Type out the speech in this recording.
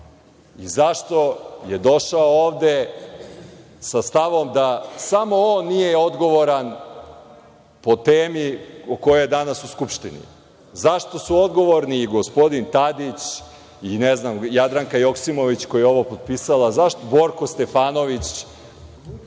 Zašto je došao ovde sa stavom da samo on nije odgovoran po temi po kojoj je danas u Skupštini? Zašto su odgovorni i gospodin Tadić i Jadranka Joksimović, koja je ovo potpisala, Borko Stefanović,